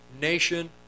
nation